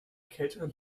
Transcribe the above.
kälteren